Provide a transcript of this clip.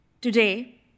Today